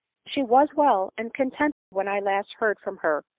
she was well and contented when i last heard from her,